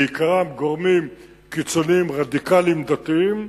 בעיקרם גורמים קיצוניים רדיקליים דתיים,